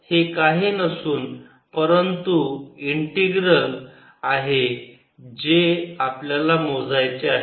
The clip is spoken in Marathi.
तर ही काही नसून परंतु इंटिग्रल आहे जे आपल्याला मोजायचे आहे